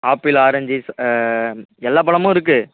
apple orange ச எல்லா பழமும் இருக்கு